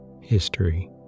History